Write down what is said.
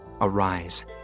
Arise